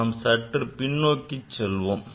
நாம் சற்று பின்நோக்கி செல்வோம்